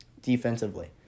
defensively